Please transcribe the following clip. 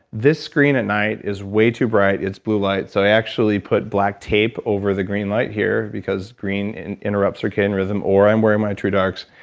this screen at night is way too bright it's blue light so i actually out black tape over the green light here because green interrupts circadian rhythm or i'm wearing my true darks,